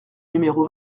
numéro